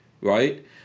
right